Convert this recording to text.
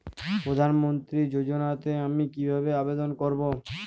প্রধান মন্ত্রী যোজনাতে আমি কিভাবে আবেদন করবো?